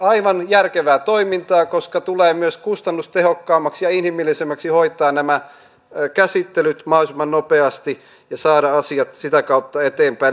aivan järkevää toimintaa koska tulee myös kustannustehokkaammaksi ja inhimillisemmäksi hoitaa nämä käsittelyt mahdollisimman nopeasti ja saada asiat sitä kautta eteenpäin